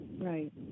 Right